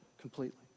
completely